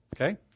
Okay